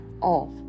off